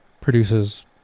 produces